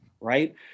right